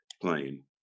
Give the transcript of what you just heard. playing